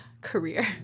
career